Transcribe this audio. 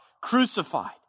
crucified